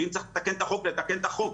ואם צריך לתקן את החוק אז לתקן את החוק.